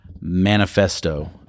Manifesto